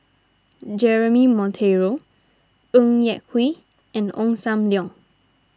Jeremy Monteiro Ng Yak Whee and Ong Sam Leong